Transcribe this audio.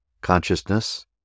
Consciousness